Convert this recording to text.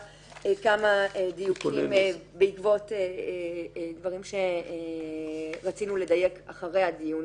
רק כמה דיוקים בעקבות דברים שרצינו לדייק אחרי הדיון